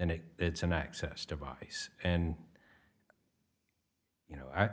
and it it's an access device and you know i